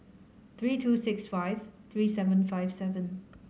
three two six five three seven five seven